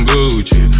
Gucci